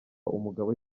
umugabo